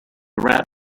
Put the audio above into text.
rat